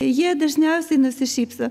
jie dažniausiai nusišypso